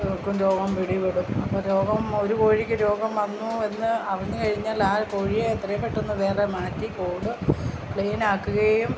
രോഗം പിടിപെടും അപ്പോൾ രോഗം ഒരു കോഴിക്ക് രോഗം വന്നൂ എന്ന് അറിഞ്ഞു കഴിഞ്ഞാൽ ആ കോഴിയെ എത്രയും പെട്ടെന്നു വേറെ മാറ്റി കൂട് ക്ലീനാക്കുകയും